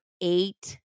eight